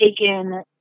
taken